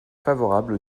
favorable